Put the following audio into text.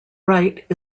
right